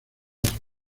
otro